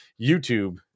YouTube